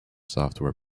software